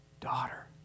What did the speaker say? daughter